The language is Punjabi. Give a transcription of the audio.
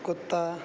ਕੁੱਤਾ